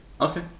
Okay